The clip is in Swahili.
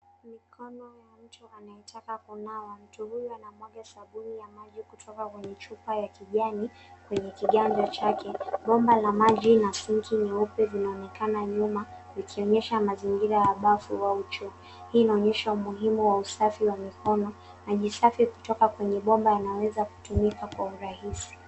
Mikono ya mtu anayetaka kunawa. Mtu huyu ana mwaga sabuni ya maji kutoka kwenye chupa ya kijani, kwenye kiganja chake. Bomba la maji na sinki nyeupe vinaonekana nyuma, vikionyesha mazingira ya bafu au choo. Hii inaonyesha umuhimu wa usafi wa mikono, majisafi kutoka kwenye bomba yanaweza kutumika kwa urahisi.